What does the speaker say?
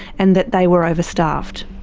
and that they were overstaffed.